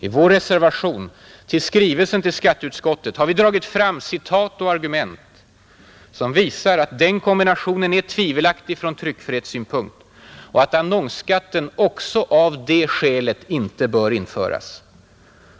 I vår reservation till skrivelsen till skatteutskottet har vi dragit fram citat och argument som visar att den kombinationen är tvivelaktig från tryckfrihetssynpunkt och att annonsskatten också av det skälet inte bör införas.